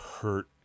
hurt